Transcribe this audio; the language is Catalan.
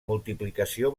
multiplicació